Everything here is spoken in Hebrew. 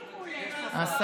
אה.